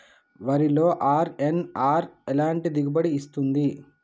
వరిలో అర్.ఎన్.ఆర్ ఎలాంటి దిగుబడి ఇస్తుంది?